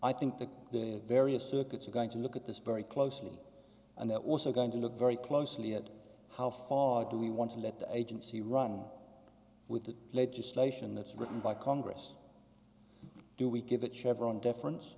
i think that the various circuits are going to look at this very closely and that was are going to look very closely at how far do we want to let the agency run with the legislation that's written by congress do we give it chevron deference